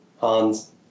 Hans